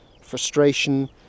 frustration